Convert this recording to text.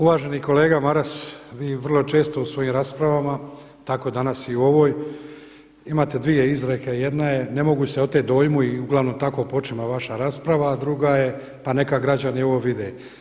Uvaženi kolega Maras vi vrlo često u svojim raspravama, tako danas i u ovoj, imate dvije izreke, jedna je ne mogu se oteti dojmu i uglavnom tako počinje vaša rasprava a druga je pa neka građani ovo vide.